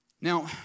Now